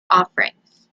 offerings